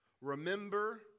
remember